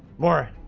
more